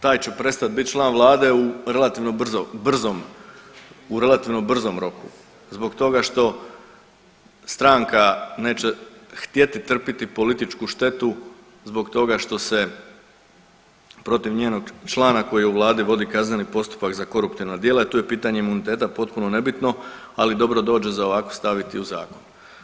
Taj će prestat bit član vlade u relativno brzo, brzom, u relativno brzom roku zbog toga što stranka neće htjeti trpjeti političku štetu zbog toga što se protiv njenog člana koji je u vladi vodi kazneni postupak za koruptivna djela i tu je pitanje imuniteta postupno nebitno, ali dobro dođe za ovako staviti u zakon.